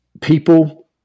People